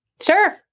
Sure